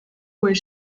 where